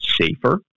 safer